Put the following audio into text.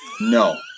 No